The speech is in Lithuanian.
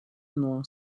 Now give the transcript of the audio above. nuo